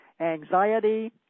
anxiety